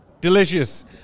delicious